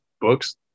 books